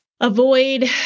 avoid